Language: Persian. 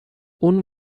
اون